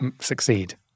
succeed